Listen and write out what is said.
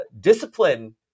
discipline